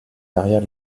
carrière